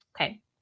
Okay